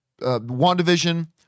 WandaVision